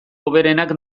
hoberenak